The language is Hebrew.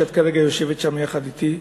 את כרגע יושבת שם יחד אתי,